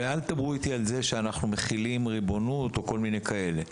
ואל תדברו איתי על זה שאנחנו מחילים ריבונות או כל מיני כאלה,